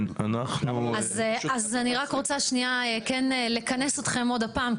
אז אני רק רוצה שנייה כן לכנס אתכם עוד פעם.